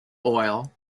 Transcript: oil